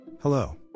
Hello